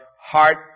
heart